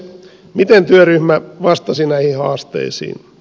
miten työryhmä vastasi näihin haasteisiin